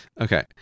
Okay